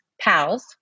pals